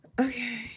Okay